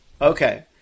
Okay